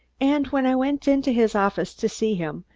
and when i went into his office to see him,